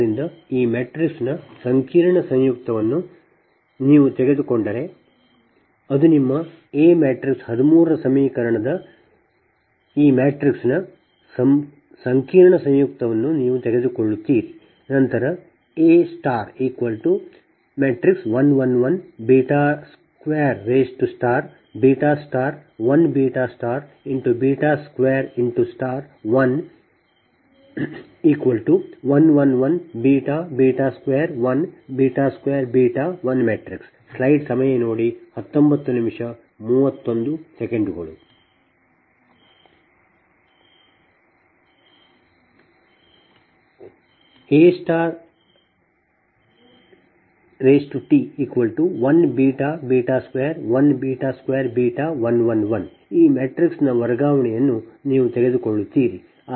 ಆದ್ದರಿಂದ ಈ ಮ್ಯಾಟ್ರಿಕ್ಸ್ನ ಸಂಕೀರ್ಣ ಸಂಯುಕ್ತವನ್ನು ನೀವು ತೆಗೆದುಕೊಂಡರೆ ಅದು ನಿಮ್ಮ aಎ ಮ್ಯಾಟ್ರಿಕ್ಸ್ 13 ರ ಸಮೀಕರಣದ ಈ ಮ್ಯಾಟ್ರಿಕ್ಸ್ನ ಸಂಕೀರ್ಣ ಸಂಯುಕ್ತವನ್ನು ನೀವು ತೆಗೆದುಕೊಳ್ಳುತ್ತೀರಿ ನಂತರ A1 1 1 2 1 2 1 1 1 1 2 1 2 1 AT1 2 1 2 1 1 1 ಈ ಮ್ಯಾಟ್ರಿಕ್ಸ್ನ ವರ್ಗಾವಣೆಯನ್ನು ನೀವು ತೆಗೆದುಕೊಳ್ಳುತ್ತೀರಿ